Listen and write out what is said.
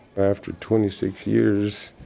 after twenty six years,